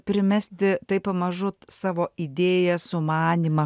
primesti taip pamažu savo idėją sumanymą